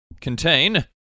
contain